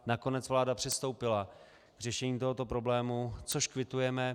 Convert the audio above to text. Nakonec vláda přistoupila k řešení tohoto problému, což kvitujeme.